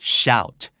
shout